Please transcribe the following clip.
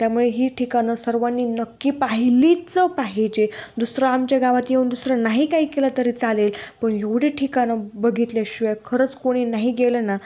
त्यामुळे ही ठिकाणं सर्वांनी नक्की पाहिलीच पाहिजे दुसरं आमच्या गावात येऊन दुसरं नाही काही केलं तरी चालेल पण एवढी ठिकाणं बघितल्याशिवाय खरंच कोणी नाही गेलं ना